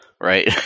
right